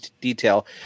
detail